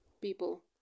people